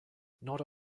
nora